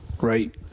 Right